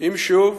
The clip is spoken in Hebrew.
אם שוב